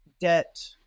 debt